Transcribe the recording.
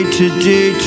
today